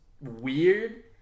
weird